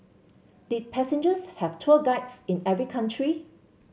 did passengers have tour guides in every country